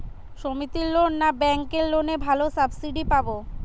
সমিতির লোন না ব্যাঙ্কের লোনে ভালো সাবসিডি পাব?